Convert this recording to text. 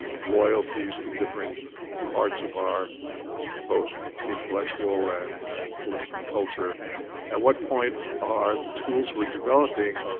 loyalties to different parts of our both the intellectual and political culture at what point are the tools were developing